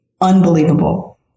unbelievable